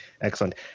Excellent